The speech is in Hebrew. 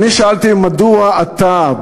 ואני שאלתי: מדוע אתה,